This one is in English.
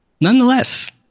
nonetheless